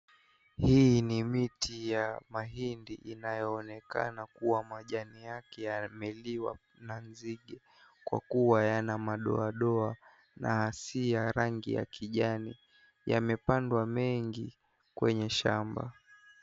Hii ni miti ya mahindi inayo onekana kuwa majani yake yameliwa na nzige kwa kuwa yana madoadoa na si ya rangi ya kijani. Yamepandwa mengi kwenye shamba,